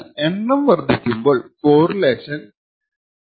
എന്നാൽ എണ്ണം വർധിപ്പിക്കുമ്പോൾ കോറിലേഷൻ 0